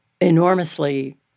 enormously